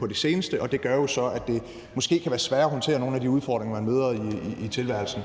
på det sidste, og det gør jo så, at det måske kan være sværere at håndtere nogle af de udfordringer, man møder i tilværelsen,